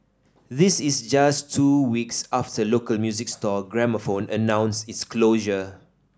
this is just two weeks after local music store Gramophone announced its closure